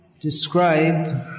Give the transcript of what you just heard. described